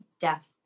death